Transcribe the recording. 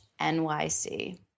NYC